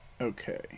Okay